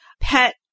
pet